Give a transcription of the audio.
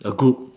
a group